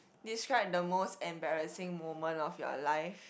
describe the most embarrassing moment of your life